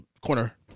corner